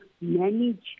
manage